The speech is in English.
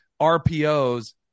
RPOs